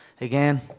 Again